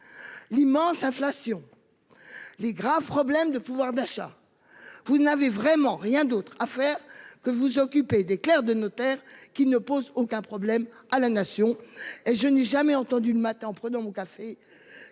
l'immense inflation, les graves difficultés de pouvoir d'achat, n'avez-vous vraiment rien d'autre à faire que de vous occuper des clercs de notaire, qui ne posent aucune difficulté à la Nation ? Je n'ai jamais entendu le matin en prenant mon café